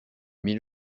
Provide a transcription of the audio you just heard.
mit